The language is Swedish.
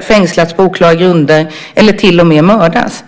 fängslats på oklara grunder eller till och med mördats.